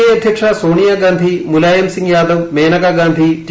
A അദ്ധ്യക്ഷ Sonia Gandhi Mulayam Singh Yadav Maneka Gandhi T